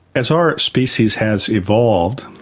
as our species has evolved,